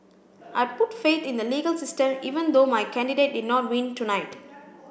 I put faith in the legal system even though my candidate did not win tonight